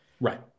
Right